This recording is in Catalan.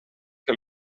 que